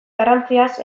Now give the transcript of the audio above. garrantziaz